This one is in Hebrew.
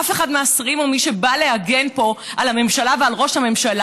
אף אחד מהשרים או מי שבא להגן פה על הממשלה ועל ראש הממשלה